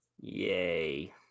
Yay